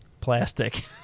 plastic